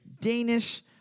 Danish